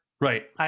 Right